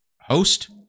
host